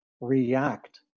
react